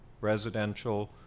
residential